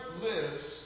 lives